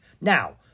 Now